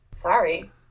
Sorry